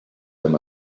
comme